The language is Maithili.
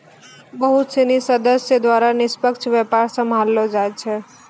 बहुत सिनी सदस्य द्वारा निष्पक्ष व्यापार सम्भाललो जाय छै